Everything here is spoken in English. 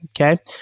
Okay